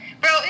bro